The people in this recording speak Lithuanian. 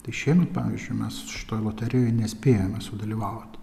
išimti pavyzdžiui mes šitoje loterijoje nespėjome sudalyvauti